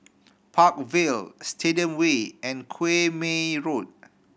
Park Vale Stadium Way and Quemoy Road